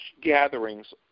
gatherings